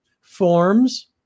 forms